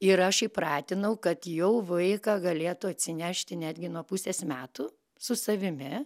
ir aš įpratinau kad jau vaiką galėtų atsinešti netgi nuo pusės metų su savimi